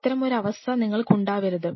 ഇത്തരമൊരു അവസ്ഥ നിങ്ങൾക്ക് ഉണ്ടാവരുത്